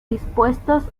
dispuestos